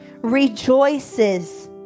rejoices